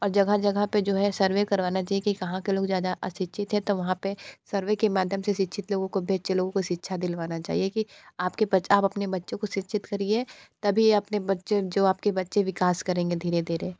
और जगह जगह पर जो है सरबे करवाना चाहिए कि कहाँ के लोग अशिक्षित हैं तो वहाँ पर सरबे के माध्यम से सिछित लोगों को बेच्चे लोगों को शिक्षा दिलवाना चाहिए कि आप के बच्चे आप अपने बच्चों को शिक्षित करिए तभी अपने बच्चे जो आप के बच्चे विकास करेंगे धीरे धीरे